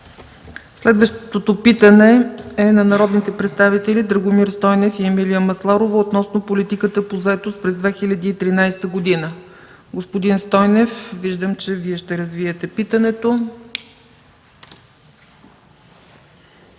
Следващото питане е от народните представители Драгомир Стойнев и Емилия Масларова относно политиката по заетост през 2013 г. Господин Стойнев, виждам, че Вие ще развиете питането.